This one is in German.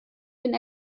den